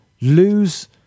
lose